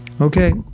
Okay